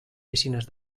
piscines